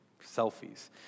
Selfies